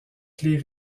clefs